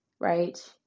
Right